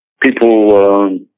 people